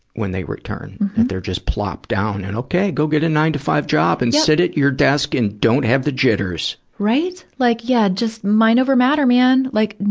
when they return. that they're just plopped down, and okay, go get a nine to five job and sit at your desk and don't have the jitters. right? like, yeah, just mind over matter, man! like,